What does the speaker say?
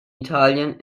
italien